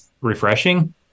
refreshing